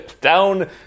down